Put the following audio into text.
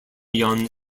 young